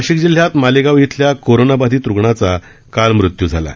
नाशिक जिल्ह्यात मालेगाव इथल्या कोरोना बाधित रुग्णाचा काल मृत्यू झाला आहे